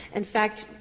in fact,